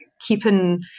keeping